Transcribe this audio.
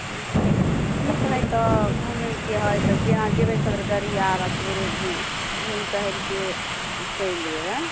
ठीक हइ तऽ घुमैके हइ तऽ जहाँ जेबै सबगोड़े सवेरेमे घुमि टहलिके आ चलि अएबै